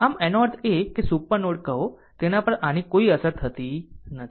આમ આનો અર્થ એ કે સુપર નોડ કહો તેના પર આની કોઈ અસર નથી